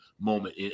moment